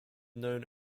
known